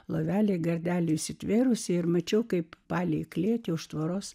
lovelė gardelyje įsitvėrusi ir mačiau kaip palei klėtį už tvoros